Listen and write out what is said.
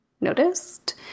noticed